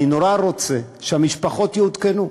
אני נורא רוצה שהמשפחות יעודכנו.